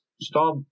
Stop